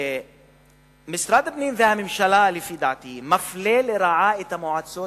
משרד הפנים והממשלה מפלים לרעה את המועצות